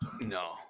No